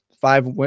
Five